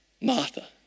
Martha